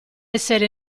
essere